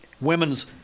women's